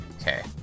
Okay